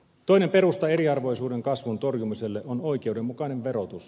toinen perusta eriarvoisuuden kasvun torjumiselle on oikeudenmukainen verotus